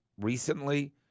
recently